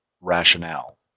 rationale